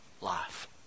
life